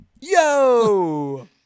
yo